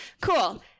Cool